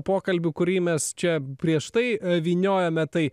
pokalbių kurį mes čia prieš tai vyniojome tai